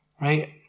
Right